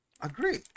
agree